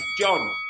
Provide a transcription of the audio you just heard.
John